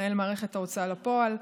מנהל מערכת ההוצאה לפועל,